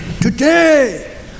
Today